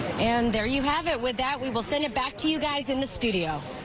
and there you have it with that we will send it back to you guys in the studio.